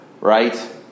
right